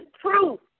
proof